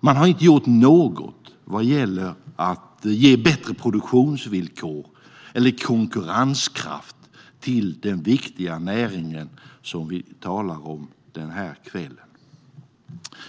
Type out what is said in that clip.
Man har inte gjort något vad gäller att ge bättre produktionsvillkor eller konkurrenskraft till den viktiga näring som vi talar om den här kvällen. Herr talman!